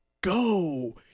go